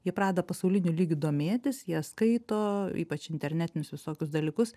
jie pradeda pasauliniu lygiu domėtis jie skaito ypač internetinius visokius dalykus